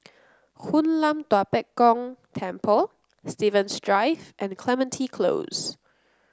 Hoon Lam Tua Pek Kong Temple Stevens Drive and Clementi Close